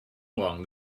along